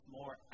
more